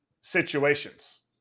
situations